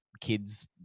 kids